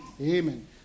Amen